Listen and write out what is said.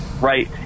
right